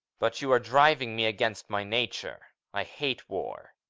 but you are driving me against my nature. i hate war.